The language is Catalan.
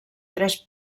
tres